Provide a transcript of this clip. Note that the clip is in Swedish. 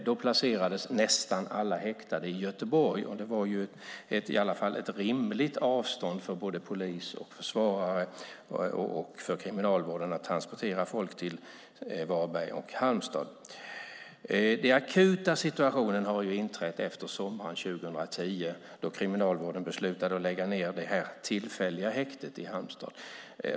Då placerades nästan alla häktade i Göteborg, och det var i alla fall ett rimligt avstånd för poliser och försvarare och för Kriminalvården som skulle transportera folk till Varberg och Halmstad. Den akuta situationen har uppstått efter sommaren 2010 då Kriminalvården beslutade att lägga ned det tillfälliga häktet i Halmstad.